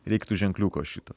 reiktų ženkliuko šito